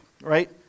right